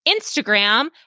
Instagram